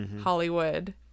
Hollywood